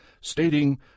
stating